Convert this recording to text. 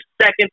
second